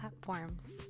platforms